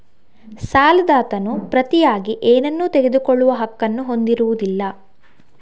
ಸಾಲದಾತನು ಪ್ರತಿಯಾಗಿ ಏನನ್ನೂ ತೆಗೆದುಕೊಳ್ಳುವ ಹಕ್ಕನ್ನು ಹೊಂದಿರುವುದಿಲ್ಲ